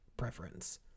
preference